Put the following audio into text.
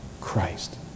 Christ